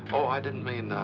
so i didn't mean.